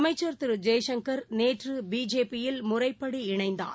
அமைச்சர் திருஜெயசங்கர் நேற்றுபிஜேபி யில் முறைப்படி இணைந்தார்